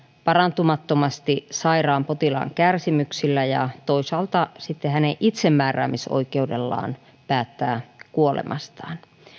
parantumattomasti sairaan potilaan kärsimyksillä ja toisaalta sitten hänen itsemääräämisoikeudellaan oikeudellaan päättää kuolemastaan